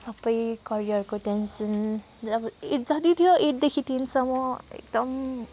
सबै करियरको टेन्सन अब जति थियो एटदेखि टेनसम्म एकदम